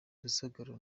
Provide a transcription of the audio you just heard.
rusagara